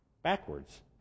backwards